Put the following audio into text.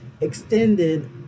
extended